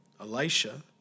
Elisha